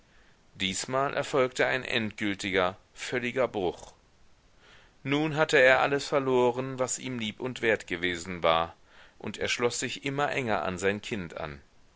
diesmal erfolgte ein endgültiger völliger bruch nun hatte er alles verloren was ihm lieb und wert gewesen war und er schloß sich immer enger an sein kind an